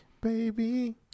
Baby